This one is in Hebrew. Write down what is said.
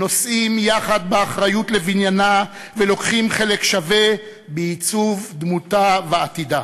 נושאים יחד באחריות לבניינה ולוקחים חלק שווה בעיצוב דמותה ועתידה.